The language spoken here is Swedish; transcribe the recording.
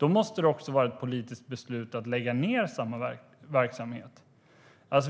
måste det också vara ett politiskt beslut att lägga ned verksamheten.